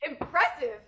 Impressive